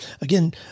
again